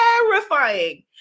Terrifying